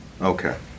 Okay